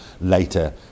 later